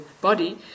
body